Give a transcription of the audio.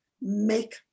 make